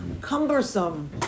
cumbersome